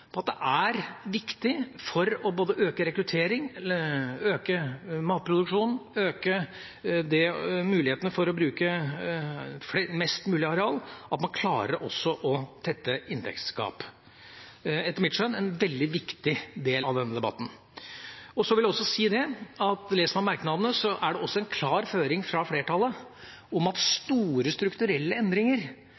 at det er viktig, både for å øke rekrutteringen, for å øke matproduksjonen og for å øke mulighetene for å bruke mest mulig areal, at man også klarer å tette inntektsgap. Det er en veldig viktig del av denne debatten, etter mitt skjønn. Jeg vil også si at leser man merknadene, er det også en klar føring fra flertallet om at store strukturelle endringer